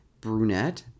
brunette